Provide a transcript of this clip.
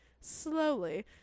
slowly